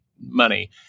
money